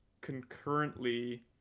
concurrently